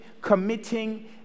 committing